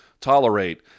tolerate